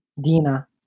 Dina